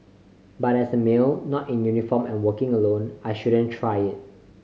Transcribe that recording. but as a male not in uniform and working alone I shouldn't try it